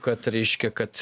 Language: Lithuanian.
kad reiškia kad